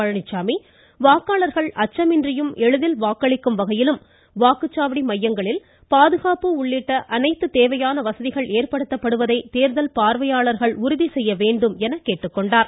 பழனிச்சாமி வாக்காளர்கள் அச்சமின்றியும் எளிதில் வாக்களிக்கும் வகையிலும் வாக்குச்சாவடி மையங்களில் பாதுகாப்பு உள்ளிட்ட தேவையான வசதிகள் ஏற்படுத்துவதை தேர்தல் பார்வையாளர்கள் ஆய்வு செய்ய வேண்டும் என வலியுறுத்தியுள்ளார்